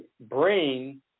brain